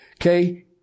Okay